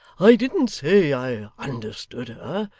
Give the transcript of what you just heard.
i didn't say i understood her.